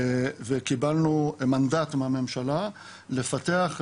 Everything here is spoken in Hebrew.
וקיבלנו מנדט מהממשלה לפתח,